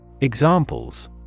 Examples